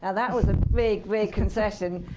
ah that was a big, big concession.